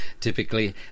typically